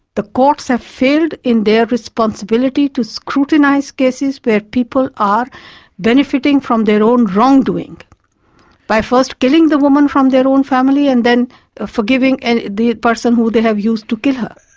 the courts have failed in their responsibility to scrutinise cases where people are benefiting from their own wrongdoing by first killing the woman from their own family and then ah forgiving and the person who they have used to kill her.